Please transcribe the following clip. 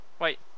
Wait